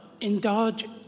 indulge